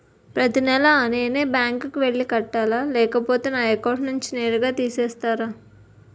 ప్రతి నెల నేనే బ్యాంక్ కి వెళ్లి కట్టాలి లేకపోతే నా అకౌంట్ నుంచి నేరుగా తీసేస్తర?